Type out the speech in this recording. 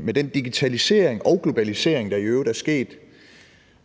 med den digitalisering og globalisering, der i øvrigt er sket,